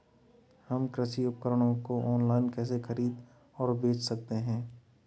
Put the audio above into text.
हम कृषि उपकरणों को ऑनलाइन कैसे खरीद और बेच सकते हैं?